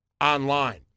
online